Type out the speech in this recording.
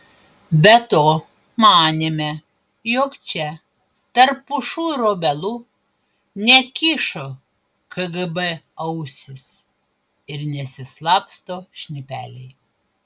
be to manėme jog čia tarp pušų ir obelų nekyšo kgb ausys ir nesislapsto šnipeliai